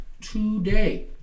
today